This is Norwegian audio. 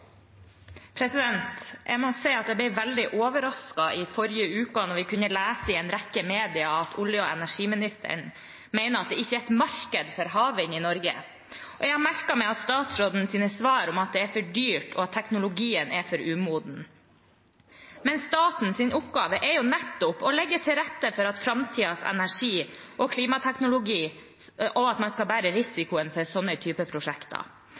oppfølgingsspørsmål. Jeg må si at jeg ble veldig overrasket i forrige uke da vi kunne lese i en rekke medier at olje- og energiministeren mener at det ikke er et marked for havvind i Norge. Jeg har merket meg statsrådens svar om at det er for dyrt, og at teknologien er for umoden, men statens oppgave er jo nettopp å legge til rette for framtidens energi- og klimateknologi, og at man skal bære risikoen for slike prosjekter.